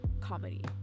comedy